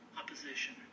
opposition